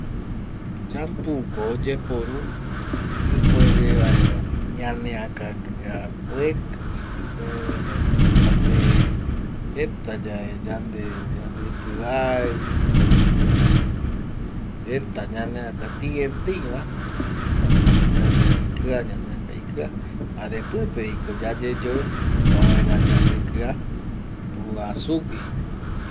Chamouko oyeporu ipuere vaera ñaneaka kia oeki ipuere vaera yande jeta yae yande yandekivai o oime yave jeta ñaneaka tieteiva jaeko tätama yandea ikia ñaneaka ikia jare pipeviko yayeyoe opavaera yandekia oa sugui